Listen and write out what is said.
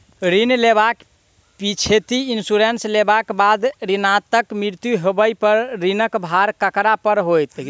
ऋण लेबाक पिछैती इन्सुरेंस लेबाक बाद ऋणकर्ताक मृत्यु होबय पर ऋणक भार ककरा पर होइत?